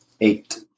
Eight